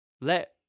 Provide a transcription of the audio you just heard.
Let